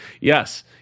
Yes